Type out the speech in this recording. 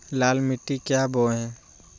लाल मिट्टी क्या बोए?